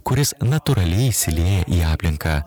kuris natūraliai įsilieja į aplinką